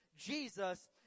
Jesus